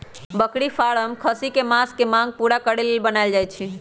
बकरी फारम खस्सी कें मास के मांग पुरा करे लेल बनाएल जाय छै